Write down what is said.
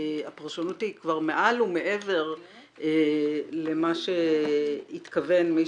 הפרשנות היא כבר מעל ומעבר למה שהתכוון מי